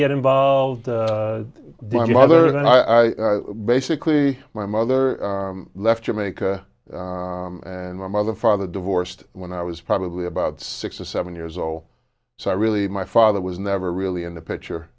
get involved my mother and i basically my mother left jamaica and my mother father divorced when i was probably about six or seven years old so i really my father was never really in the picture